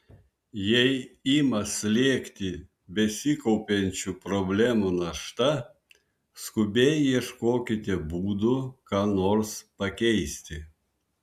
jei ima slėgti besikaupiančių problemų našta skubiai ieškokite būdų ką nors pakeisti